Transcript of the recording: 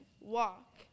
Walk